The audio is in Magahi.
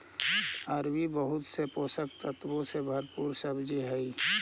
अरबी बहुत से पोषक तत्वों से भरपूर सब्जी हई